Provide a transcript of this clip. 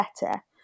better